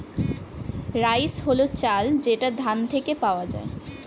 rice হল চাল যেটা ধান থেকে পাওয়া যায়